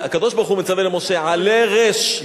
הקדוש ברוך-הוא מצווה למשה: עלה רש,